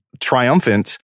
triumphant